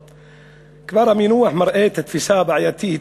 כבר המינוח מראה את התפיסה הבעייתית,